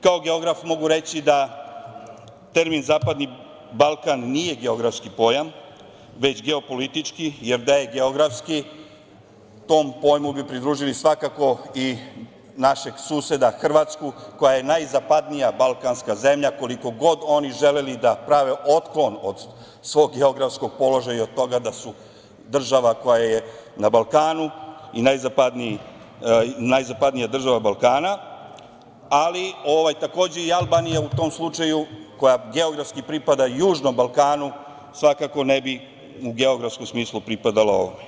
Kao geograf, mogu reći da termin Zapadni Balkan nije geografski pojam, već geopolitički, jer da je geografski, tom pojmu bi pridružili svakako i našeg suseda Hrvatsku, koja je najzapadnija balkanska zemlja, koliko god oni želeli da prave otklon od svog geografskog položaja i od toga da su država koja je na Balkanu i najzapadnija država Balkana, ali takođe i Albanija u tom slučaju, koja geografski pripada južnom Balkanu, svakako ne bi u geografskom smislu pripadala ovde.